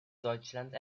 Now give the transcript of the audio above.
deutschland